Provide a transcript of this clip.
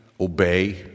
obey